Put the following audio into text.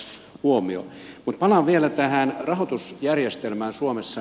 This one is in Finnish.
mutta palaan vielä tähän rahoitusjärjestelmään suomessa